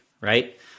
right